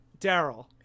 Daryl